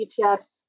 BTS